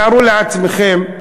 תארו לעצמכם,